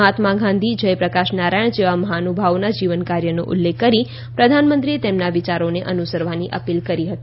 મહાત્મા ગાંધી જયપ્રકાશ નારાયણ જેવા મહાનુભાવોના જીવન કાર્યનો ઉલ્લેખ કરી પ્રધાનમંત્રીએ તેમના વિચારોને અનુસરવાની અપીલ કરી હતી